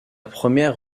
première